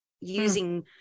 Using